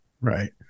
Right